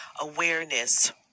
awareness